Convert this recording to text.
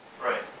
Right